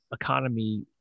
economy